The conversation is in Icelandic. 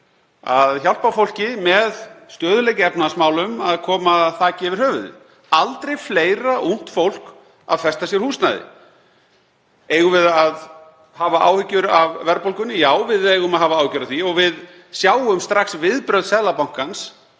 að hjálpa fólki, með stöðugleika í efnahagsmálum, til að koma sér þaki yfir höfuðið. Aldrei fleira ungt fólk að festa sér húsnæði. Eigum við að hafa áhyggjur af verðbólgunni? Já, við eigum að hafa áhyggjur af því og við sjáum strax viðbrögð Seðlabankans